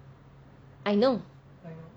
I know